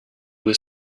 was